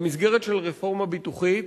במסגרת של רפורמה ביטוחית.